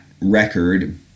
record